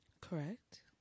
Correct